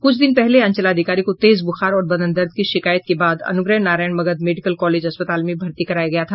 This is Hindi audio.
कुछ दिन पहले अंचलाधिकारी को तेज बुखार और बदन दर्द की शिकायत के बाद अनुग्रह नारायण मगध मेडिकल कॉलेज अस्पताल में भर्ती कराया गया था